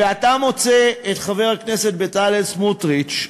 ואתה מוצא את חבר הכנסת בצלאל סמוטריץ,